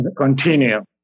continue